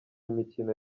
imikino